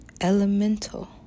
elemental